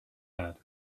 had